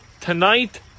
tonight